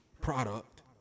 product